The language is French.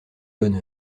bonne